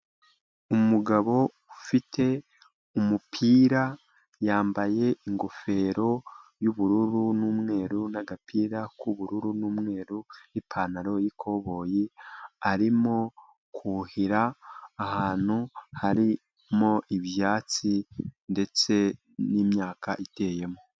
Umugabo ufite umupira yambaye ingofero y'ubururu n'umweru n'agapira k'ubururu n'umweru n'ipantaro y'ikoboyi. arimo kuhira ahantu harimo ibyatsi, ndetse n'imyaka iteyemo.